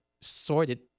sorted